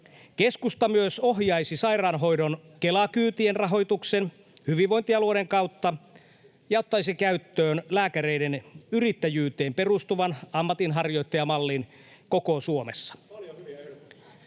Keskusta myös ohjaisi sairaanhoidon Kela-kyytien rahoituksen hyvinvointialueiden kautta ja ottaisi käyttöön lääkäreiden yrittäjyyteen perustuvan ammatinharjoittajamallin koko Suomessa.